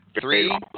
Three